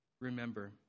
remember